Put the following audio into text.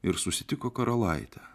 ir susitiko karalaitę